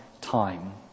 time